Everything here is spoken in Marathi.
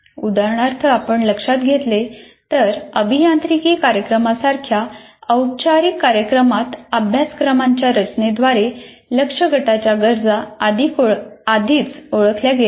उदाहरणार्थ आपण लक्षात घेतले तर अभियांत्रिकी कार्यक्रमांसारख्या औपचारिक कार्यक्रमात अभ्यासक्रमाच्या रचने द्वारे लक्ष्य गटाच्या गरजा आधीच ओळखल्या गेल्या आहेत